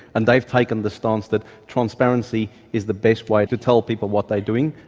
and they've taken the stance that transparency is the best way to tell people what they're doing.